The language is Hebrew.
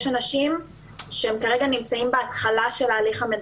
יש אנשים שכרגע נמצאים בתחילת ההליך,